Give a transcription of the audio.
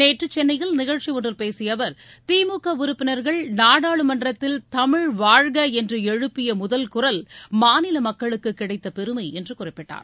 நேற்று சென்னையில் நிகழ்ச்சியொன்றில் பேசிய அவர் திமுக உறுப்பினர்கள் நாடாளுமன்றத்தில் தமிழ் வாழ்க என்று எழுப்பிய முதல் குரல் மாநில மக்களுக்கு கிடைத்த பெருமை என்று குறிப்பிட்டார்